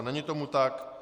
Není tomu tak.